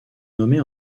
nommée